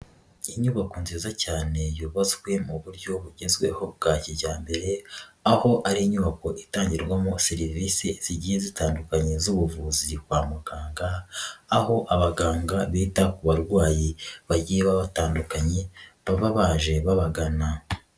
Inyubako nziza cyane yubatswe mu buryo bugezweho bwa kijyambere aho ari inyubako itangirwamo serivisi zigiye zitandukanye z'ubuvuzi kwa muganga, aho abaganga bita ku barwayi bagiye baba batandukanye baba baje babagana.